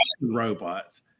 robots